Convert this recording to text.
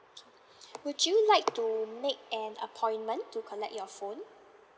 would you like to make an appointment to collect your phone